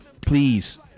Please